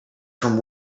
from